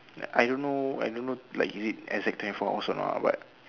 like I don't I don't know like is it exact twenty fours hours or not but